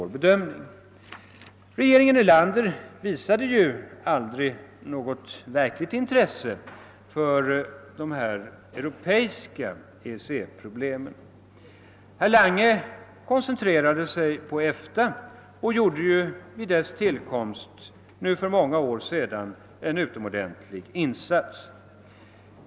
Regeringen Erlander visade aldrig något verkligt intresse för dessa europeiska problem. Herr Lange koncentrerade sig på EFTA och gjorde vid dess tillkomst för nu många år sedan en utomordentlig insats.